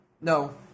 no